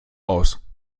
aus